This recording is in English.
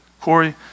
Corey